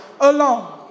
alone